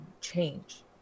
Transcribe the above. change